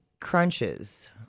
crunches